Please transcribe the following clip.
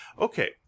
Okay